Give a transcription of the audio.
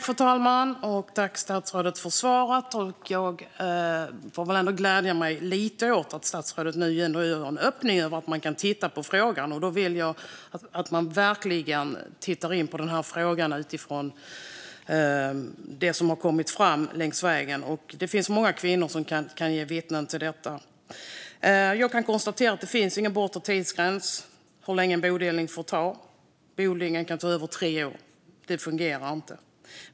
Fru talman! Tack, statsrådet, för svaret! Jag får väl ändå glädja mig lite åt att statsrådet nu öppnar för att titta på frågan. Då vill jag att man verkligen ser på frågan utifrån det som har kommit fram längs vägen, för det finns många kvinnor som kan vittna om detta. Jag kan konstatera att det inte finns någon bortre tidsgräns för hur lång tid en bodelning får ta. Bodelningen kan ta över tre år. Det fungerar inte.